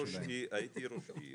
הייתי ראש עיר